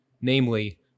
namely